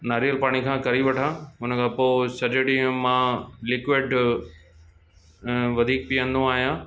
नारेल पाणी खां करी वठा हुन खां पोइ सॼे ॾींहुं मां लिक्विड वधीक पीअंदो आहियां